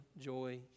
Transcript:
joy